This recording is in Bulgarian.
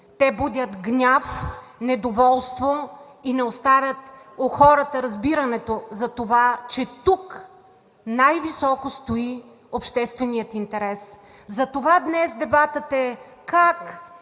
Те будят гняв, недоволство и не оставят у хората разбирането за това, че тук най-високо стои общественият интерес. Затова днес дебатът е как